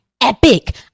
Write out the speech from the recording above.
epic